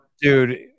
Dude